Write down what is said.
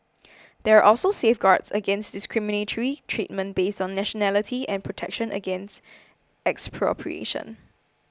there are also safeguards against discriminatory treatment based on nationality and protection against expropriation